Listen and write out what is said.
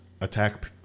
attack